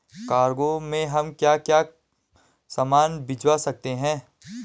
Cargo में हम क्या क्या सामान भिजवा सकते हैं?